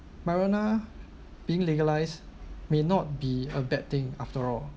marijuana being legalised may not be a bad thing after all